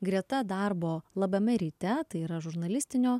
greta darbo labame ryte tai yra žurnalistinio